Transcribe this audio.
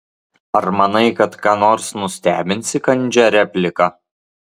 ar manai kad ką nors nustebinsi kandžia replika